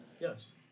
Yes